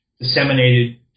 disseminated